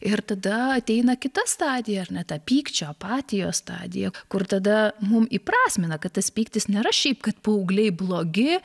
ir tada ateina kita stadija ar ne tą pykčio apatijos stadiją kur tada mum įprasmina kad tas pyktis nėra šiaip kad paaugliai blogi